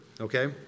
okay